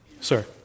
Sir